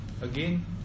Again